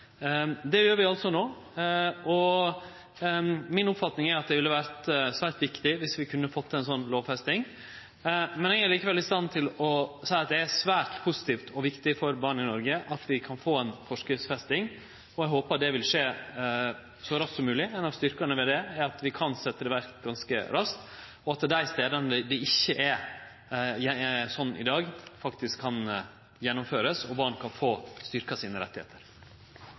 Det gjer vi altså no, og mi oppfatning er at det ville vere svært viktig å få ei slik lovfesting. Det er likevel svært positivt og viktig for barn i Noreg at vi kan få ei forskriftsfesting, og eg håpar det vil skje så raskt som mogleg. Ein av styrkane med det er at vi kan setje det i verk ganske raskt, og at det på dei stadene der det ikkje er sånn i dag, faktisk kan gjennomførast, og at barn kan få styrkt sine